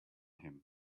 him